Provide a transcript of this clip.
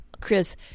Chris